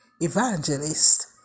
Evangelist